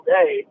day